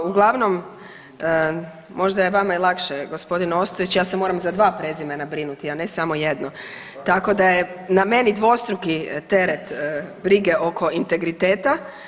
Uglavnom, možda je vama i lakše, g. Ostojić, ja se moram za 2 prezimena brinuti, a ne samo jedno, tako da je na meni dvostruki teret brige oko integriteta.